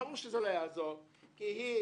ברור שזה לא יעזור, כי היא